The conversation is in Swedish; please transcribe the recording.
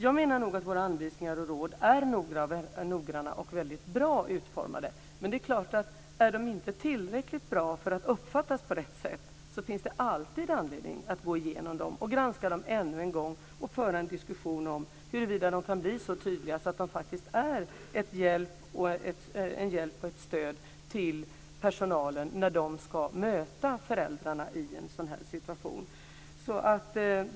Jag menar nog att våra anvisningar och råd är noggranna och väldigt bra utformade. Men det är klart att om de inte är tillräckligt bra för att uppfattas på rätt sätt finns det alltid anledning att gå igenom dem, granska dem ännu en gång och föra en diskussion om huruvida de kan bli så tydliga att de faktiskt är en hjälp och ett stöd till personalen när de ska möta föräldrarna i en sådan här situation.